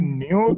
new